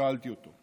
ושאלתי אותו: